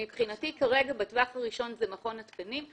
מבחינתי כרגע בטווח הראשון זה מכון התקנים.